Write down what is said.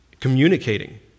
communicating